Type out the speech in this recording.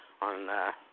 on